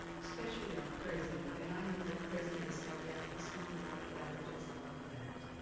especially our president. and i know that president escamilla is doing a lot of that or does a lot of that.